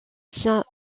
tient